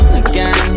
again